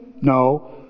No